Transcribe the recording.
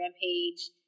page